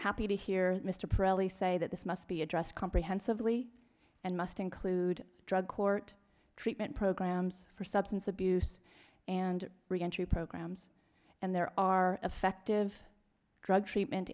happy to hear mr presley say that this must be addressed comprehensively and must include drug court treatment programs for substance abuse and re entry programs and there are effective drug treatment